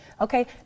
Okay